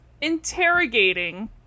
interrogating